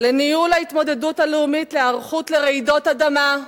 לניהול ההתמודדות הלאומית להיערכות לרעידות אדמה?